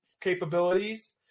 capabilities